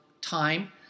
time